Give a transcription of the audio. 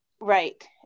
Right